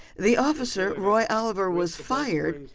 the officer roy oliver was fired.